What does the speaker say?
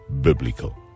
biblical